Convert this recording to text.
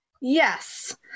Yes